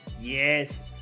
Yes